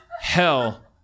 Hell